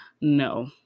no